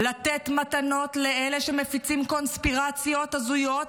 לתת מתנות לאלה שמפיצים קונספירציות הזויות